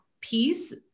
piece